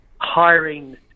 hiring